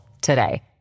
today